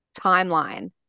timeline